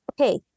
okay